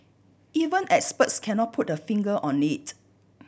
even experts cannot put a finger on it